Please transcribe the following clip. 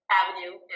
avenue